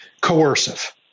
coercive